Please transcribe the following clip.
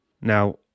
Now